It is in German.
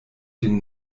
den